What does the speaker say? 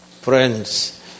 Friends